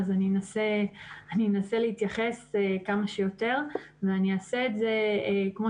אנסה להתייחס כמה שיותר ואני אעשה את זה כפי